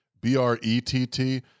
B-R-E-T-T